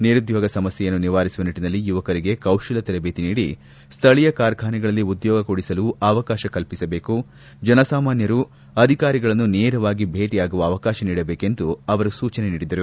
ನಿರುದ್ಯೋಗ ಸಮಸ್ಕೆಯನ್ನು ನಿವಾರಿಸುವ ನಿಟ್ಟನಲ್ಲಿ ಯುವಕರಿಗೆ ಕೌಶಲ್ಯ ತರಬೇತಿ ನೀಡಿ ಸ್ಥಳೀಯ ಕಾರ್ಖಾನೆಗಳಲ್ಲಿ ಉದ್ಯೋಗ ಕೊಡಿಸಲು ಅವಕಾಶ ಕಲ್ಪಿಸಬೇಕು ಜನ ಸಾಮಾನ್ವರು ಅಧಿಕಾರಿಗಳನ್ನು ನೇರವಾಗಿ ಭೇಟಿಯಾಗುವ ಅವಕಾಶ ನೀಡಬೇಕೆಂದು ಸೂಚನೆ ನೀಡಿದರು